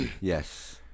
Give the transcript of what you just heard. Yes